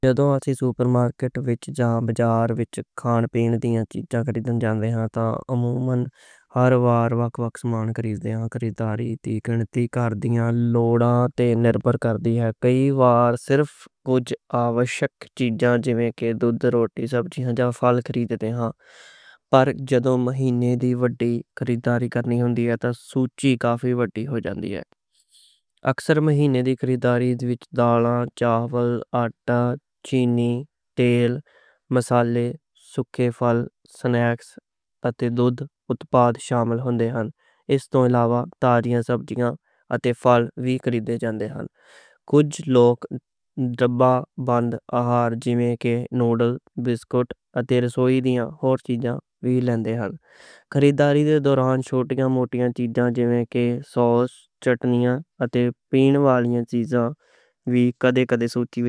جدوں اسی super market وچ جاں بازار وچ شاپنگ کرن جاندے ہاں، عموماً ہر وار وکھ وکھ سامان خریدے ہاں۔ خریداری دی گنتی کار دیاں لوڑاں تے نربھر کردی اے، پر جدوں مہینے دی وڈی خریداری کرنی ہوندی اے تاں سُچی کافی وڈی ہو جاندی اے۔ اکثر مہینے دی خریداری وچ دالاں، چاول، آٹا، چینی، تیل، مصالحے، سوکھے پھل، سنیکس اتے دودھ اتپاد شامل ہوندے ہاں۔ اس توں علاوہ تریں سبزیاں اتے پھل وی خریدے جاندے ہاں۔ کچھ لوک ڈبہ بند اہار، جیون کے نوڈلز، بسکٹ اتے رسوئی دیاں ہور چیزاں وی لیندے ہاں۔ خریداری دے دوران چھوٹاں، موٹیاں چیزاں جیون کے سوس، چٹنیاں اتے پین والیاں چیزاں وی لیندے ہاں۔